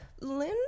lynn